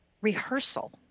rehearsal